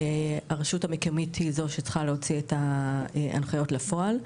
הרשות המקומית היא זו שצריכה להוציא את ההנחיות לפעול.